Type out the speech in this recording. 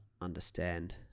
understand